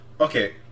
okay